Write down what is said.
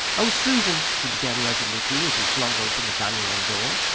oh, susan, he began resolutely, as he flung open the dining-room door.